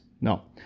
No